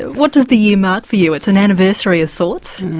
what does the year mark for you it's an anniversary of sorts?